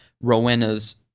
Rowena's